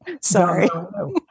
Sorry